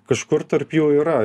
kažkur tarp jų yra